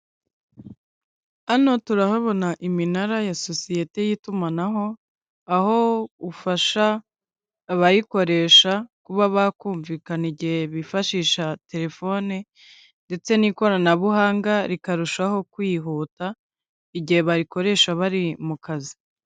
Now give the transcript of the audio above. Hano turahabona iminara ya sosiyete y'itumanaho, aho ufasha abayikoresha kuba bakumvikana igihe bifashisha telefone ndetse n'ikoranabuhanga rikarushaho kwihuta, igihe barikoresha bari mu kazi.